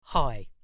Hi